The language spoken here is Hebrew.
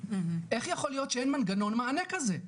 איך יכול להיות שאין מנגנון מענה כזה?